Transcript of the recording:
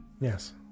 yes